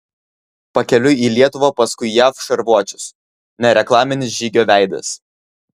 pakeliui į lietuvą paskui jav šarvuočius nereklaminis žygio veidas